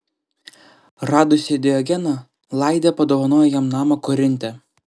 radusi diogeną laidė padovanojo jam namą korinte